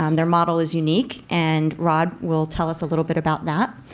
um their model is unique, and rod will tell us a little bit about that.